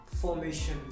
formation